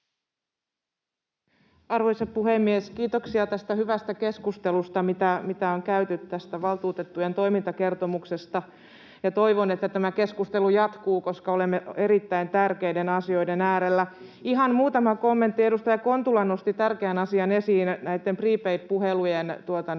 Arvoisa puhemies! Kiitoksia tästä hyvästä keskustelusta, mitä on käyty tästä valtuutettujen toimintakertomuksesta. Toivon, että tämä keskustelu jatkuu, koska olemme erittäin tärkeiden asioiden äärellä. Ihan muutama kommentti. Edustaja Kontula nosti esiin tärkeän asian prepaid-puhelujen